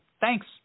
Thanks